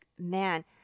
Man